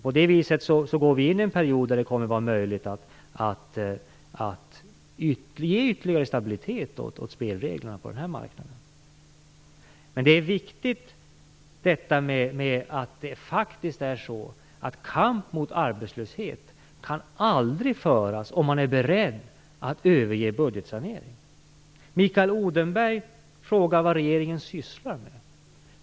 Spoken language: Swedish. På det viset går vi in i en period som ger möjlighet att ge ytterligare stabilitet åt spelreglerna på denna marknad. Det är viktigt att understryka att en kamp mot arbetslöshet aldrig kan föras, om man är beredd att överge budgetsaneringen. Mikael Odenberg frågar vad regeringen sysslar med.